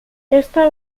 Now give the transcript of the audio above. está